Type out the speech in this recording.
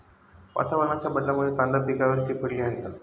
वातावरणाच्या बदलामुळे कांदा पिकावर ती पडली आहे